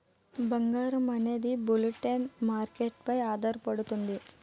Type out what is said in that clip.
బంగారం అనేది bulletin market పై ఆధారపడుతుంది